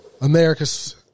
America's